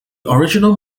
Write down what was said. original